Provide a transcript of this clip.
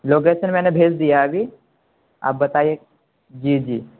location میں نے بھیج دیا ہے ابھی آپ بتائیے جی جی